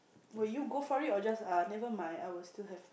will you go for it or just uh never mind I will still have